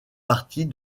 partie